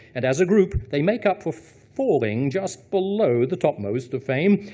and, as a group, they make up for falling just below the topmost of fame,